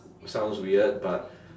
sounds weird but